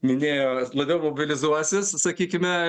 minėjo labiau mobilizuosis sakykime